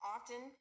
Often